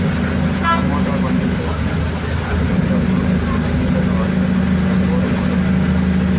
Tomato పండించేకి స్ప్రింక్లర్లు నీళ్ళ ని వాడితే మంచిదా బోరు మోటారు మంచిదా?